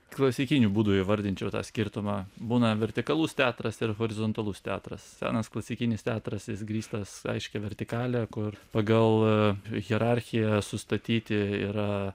klasikiniu būdu įvardinčiau tą skirtumą būna vertikalus teatras ir horizontalus teatras senas klasikinis teatras jis grįstas aiškia vertikale kur pagal hierarchiją sustatyti yra